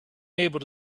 able